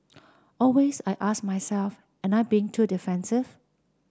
always I ask myself am I being too defensive